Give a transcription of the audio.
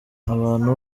abantu